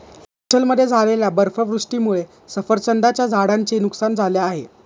हिमाचलमध्ये झालेल्या बर्फवृष्टीमुळे सफरचंदाच्या झाडांचे नुकसान झाले आहे